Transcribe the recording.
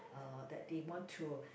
uh that they want to